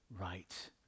right